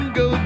go